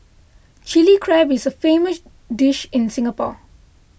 Chilli Crab is a famous dish in Singapore